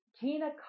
Tina